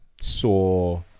saw